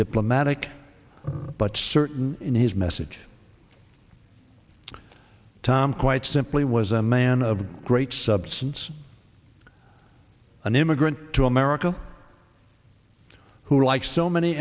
diplomatic but certain in his message tom quite simply was a man of great substance an immigrant to america who like so many